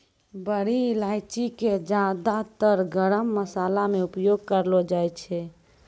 बड़ी इलायची कॅ ज्यादातर गरम मशाला मॅ उपयोग करलो जाय छै